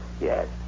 Yes